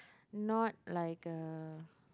not like a